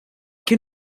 can